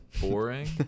Boring